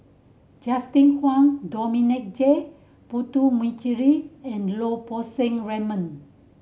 Justin Zhuang Dominic J Puthucheary and Lau Poo Seng Raymond